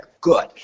good